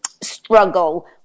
struggle